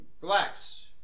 relax